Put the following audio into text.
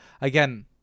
again